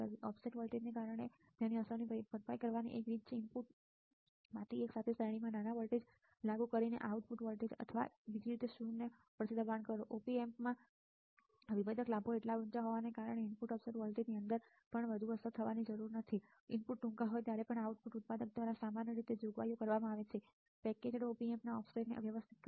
• offset વોલ્ટેજને કારણે અસરની ભરપાઈ કરવાની એક રીત છે ઇનપુટમાંથી એક સાથે શ્રેણીમાં નાના વોલ્ટેજ લાગુ કરીને આઉટપુટ વોલ્ટેજને એક અથવા બીજી રીતે શૂન્યથી દૂર દબાણ કરો Op amp વિભેદક લાભો એટલા ઊંચા હોવાને કારણે ઇનપુટ ઓફસેટ વોલ્ટેજ ની અંદર પર વધુ અસર થવાની જરૂર નથી ઇનપુટ્સ ટૂંકા હોય ત્યારે પણ આઉટપુટ ઉત્પાદક દ્વારા સામાન્ય રીતે જોગવાઈઓ કરવામાં આવે છે પેકેજ્ડ op ampના ઓફસેટને વ્યવસ્થિત કરો